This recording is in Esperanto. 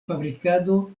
fabrikado